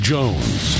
Jones